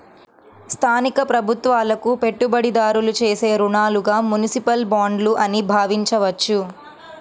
స్థానిక ప్రభుత్వాలకు పెట్టుబడిదారులు చేసే రుణాలుగా మునిసిపల్ బాండ్లు అని భావించవచ్చు